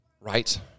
right